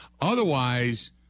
Otherwise